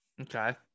Okay